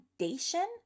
foundation